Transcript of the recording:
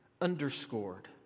Underscored